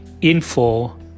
info